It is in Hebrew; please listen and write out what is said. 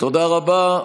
תודה רבה.